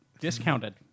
Discounted